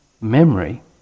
memory